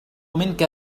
منك